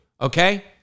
okay